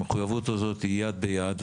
המחויבות הזאת היא יד ביד,